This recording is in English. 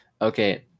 Okay